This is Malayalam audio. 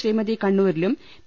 ശ്രീമതി കണ്ണൂരിലും പി